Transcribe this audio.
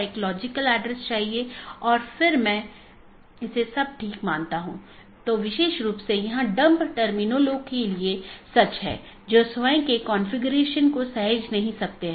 इसलिए अगर हम फिर से इस आंकड़े पर वापस आते हैं तो यह दो BGP स्पीकर या दो राउटर हैं जो इस विशेष ऑटॉनमस सिस्टमों के भीतर राउटरों की संख्या हो सकती है